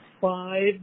five